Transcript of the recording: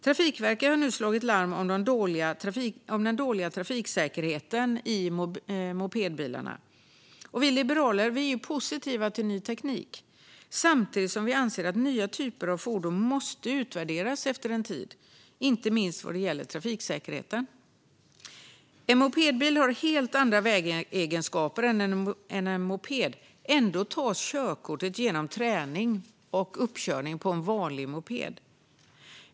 Trafikverket har nu slagit larm om den dåliga trafiksäkerheten i mopedbilarna. Vi liberaler är positiva till ny teknik, samtidigt som vi anser att nya typer av fordon måste utvärderas efter en tid, inte minst vad gäller trafiksäkerhet. En mopedbil har helt andra vägegenskaper än en moped, och ändå tas körkortet genom träning och uppkörning på en vanlig moped.